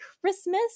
Christmas